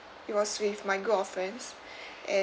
it was with my group of friends a~